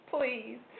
Please